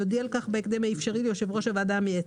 יודיע על כך בהקדם האפשרי ליושב ראש הוועדה המייעצת.